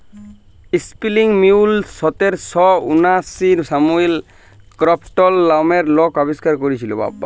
spinning mule সতের শ উনআশিতে স্যামুয়েল ক্রম্পটল লামের লক আবিষ্কার ক্যইরেছিলেল